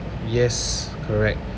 yes correct